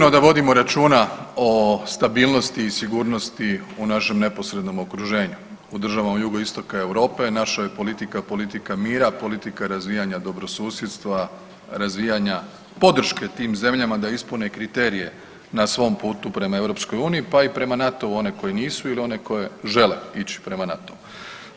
Sigurno da vodimo računa o stabilnosti i sigurnosti u našem neposrednom okruženju u državama Jugoistoka Europe naša je politika, politika mira, politika razvijanja dobro susjedstva, razvijanja podrške tim zemljama da ispune kriterije na svom putu prema EU pa i prema NATO-u one koje nisu ili one koje žele ići prema NATO-u.